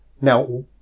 Now